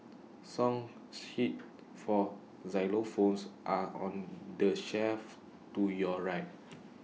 song sheets for xylophones are on the shelf to your right